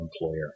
employer